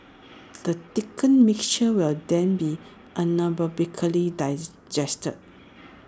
the thickened mixture will then be anaerobically digested